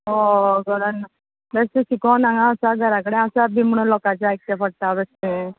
हय घरान ना बेश्टें शिकून हांगा आसा घरा कडे नआसा बी म्हुणू लोकांचें आयकचें पडटा बेश्टें